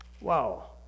Wow